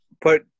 Put